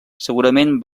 segurament